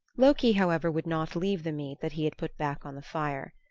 loki, however, would not leave the meat that he had put back on the fire.